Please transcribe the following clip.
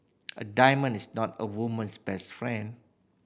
a diamonds is not a woman's best friend